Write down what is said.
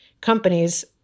companies